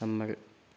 നമ്മൾ